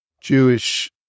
Jewish